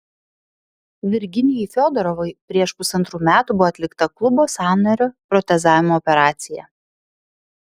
virginijai fiodorovai prieš pusantrų metų buvo atlikta klubo sąnario protezavimo operacija